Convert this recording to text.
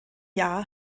jahr